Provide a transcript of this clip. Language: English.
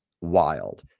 wild